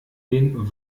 den